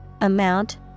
amount